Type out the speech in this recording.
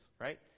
right